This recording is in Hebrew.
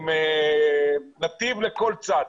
עם נתיב לכל צד.